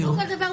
ודאי.